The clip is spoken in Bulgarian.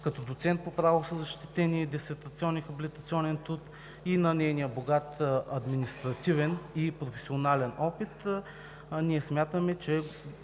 като доцент по право със защитен дисертационен и хабилитационен труд и от нейния богат административен и професионален опит, смятаме, че